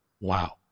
Wow